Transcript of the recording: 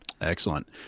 Excellent